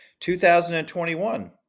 2021